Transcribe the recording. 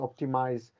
optimize